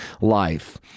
life